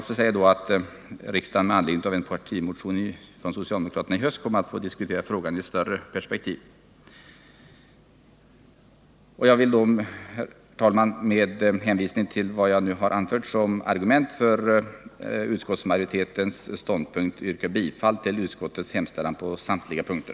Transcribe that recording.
Låt mig erinra om att riksdagen med anledning av en socialdemokratisk partimotion i höst kommer att få diskutera frågan i ett större perspektiv. Herr talman! Med hänvisning till vad jag här anfört som argument för utskottsmajoritetens ståndpunkt yrkar jag bifall till utskottets hemställan på samtliga punkter.